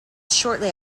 shortly